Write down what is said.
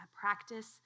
practice